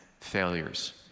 failures